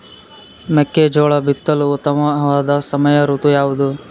ಮೆಕ್ಕೆಜೋಳ ಬಿತ್ತಲು ಉತ್ತಮವಾದ ಸಮಯ ಋತು ಯಾವುದು?